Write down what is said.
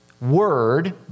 word